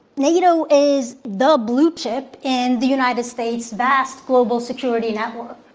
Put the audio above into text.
nato is the blue chip in the united states' vast global security network.